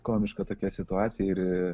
komiška tokia situacija ir